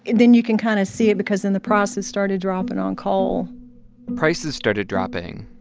and then you can kind of see it because then the prices started dropping on coal prices started dropping,